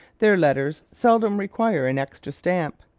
their letters seldom require an extra stamp.